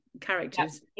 characters